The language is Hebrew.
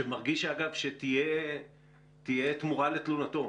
שמרגיש שתהיה תמורה לתלונתו